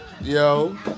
yo